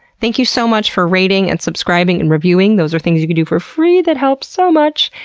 thank you so much for rating, and subscribing, and reviewing. those are things you can do for free that help so much.